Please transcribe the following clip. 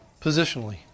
positionally